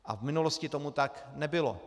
V minulosti tomu tak nebylo.